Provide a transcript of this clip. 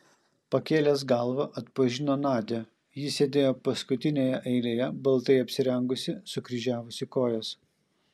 pakėlęs galvą atpažino nadią ji sėdėjo paskutinėje eilėje baltai apsirengusi sukryžiavusi kojas